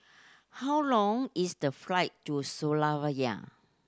how long is the flight to